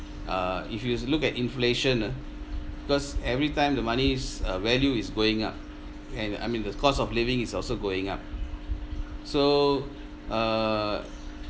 uh if you look at inflation uh because every time the money's uh value is going up and I mean the cost of living is also going up so err